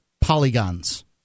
polygons